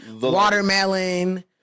watermelon